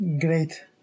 Great